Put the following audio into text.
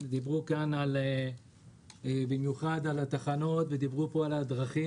דיברו כאן במיוחד על התחנות ועל הדרכים